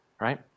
right